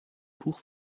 buch